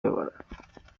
ببارد